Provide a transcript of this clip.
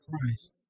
Christ